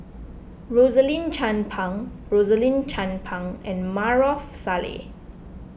Rosaline Chan Pang Rosaline Chan Pang and Maarof Salleh